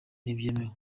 ntibyemewe